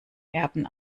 erben